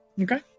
Okay